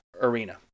arena